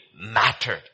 mattered